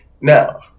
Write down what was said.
now